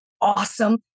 awesome